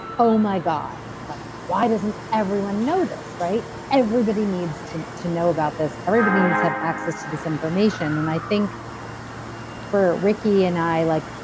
oh my god, like why doesn't everyone know this, right? everybody needs to to know about this. everybody needs to have access to this information. and i think for ricki and i, like,